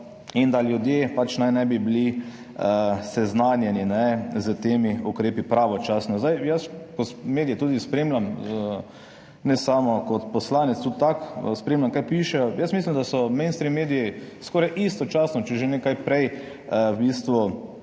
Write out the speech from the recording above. in da ljudje naj ne bi bili seznanjeni s temi ukrepi pravočasno. Jaz tudi medije spremljam, ne samo kot poslanec, tudi tako spremljam, kaj pišejo, mislim, da so mainstream mediji skoraj istočasno, če že ne kaj prej, govorili